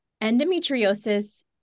Endometriosis